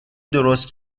درست